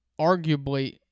arguably